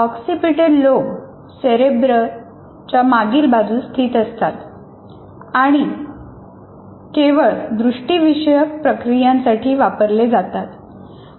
occipital lobe सेरेब्रमच्या मागील बाजूस स्थित असतात आणि केवळ दृष्टिविषयक प्रक्रियांसाठी वापरले जातात